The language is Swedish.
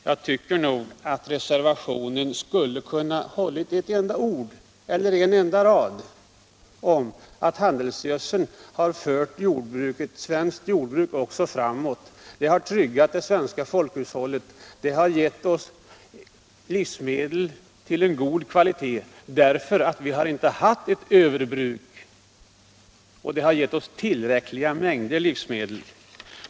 Jag tycker att reservationen skulle ha kunnat innehålla en enda rad om att handelsgödseln också fört svenskt jordbruk framåt. Den har tryggat det svenska folkhushållet, gett oss livsmedel av en god kvalitet, eftersom vi inte har haft något överbruk, och tillräckliga mängder livsmedel.